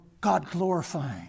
God-glorifying